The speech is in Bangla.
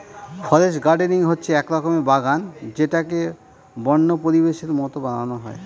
ফরেস্ট গার্ডেনিং হচ্ছে এক রকমের বাগান যেটাকে বন্য পরিবেশের মতো বানানো হয়